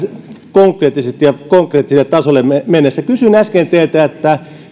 konkreettisesti ja konkreettiselle tasolle mennessä kysyin äsken teiltä